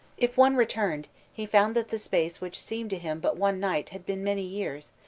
if one returned, he found that the space which seemed to him but one night, had been many years,